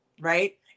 Right